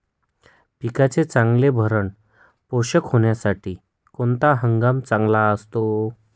पिकाचे चांगले भरण पोषण होण्यासाठी कोणता हंगाम चांगला असतो?